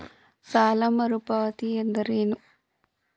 ಸಾಲ ಮರುಪಾವತಿ ಎಂದರೇನು?